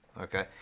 Okay